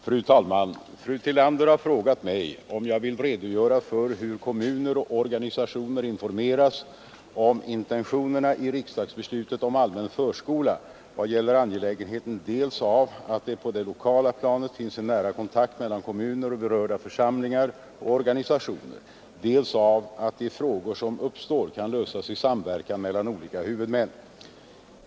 Fru talman! Fru Tillander har frågat mig om jag vill redogöra för hur kommuner och organisationer informeras om intentionerna i riksdagsbeslutet om allmän förskola i vad gäller angelägenheten dels av att det på det lokala planet finns en nära kontakt mellan kommuner och berörda församlingar och organisationer, dels av att de frågor som uppstår kan lösas i samverkan mellan olika huvudmän.